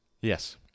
Yes